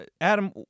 Adam